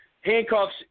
handcuffs